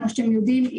כמו שאתם יודעים,